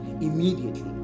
immediately